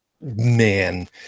man